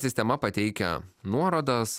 sistema pateikia nuorodas